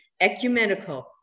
ecumenical